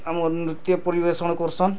ଆମର୍ ନୃତ୍ୟ ପରିବେଶଣ କରୁସନ୍